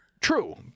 True